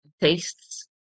tastes